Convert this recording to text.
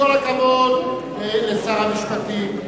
עם כל הכבוד לשר המשפטים,